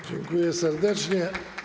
Dziękuję serdecznie.